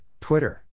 Twitter